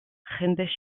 jende